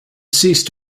ceased